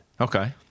Okay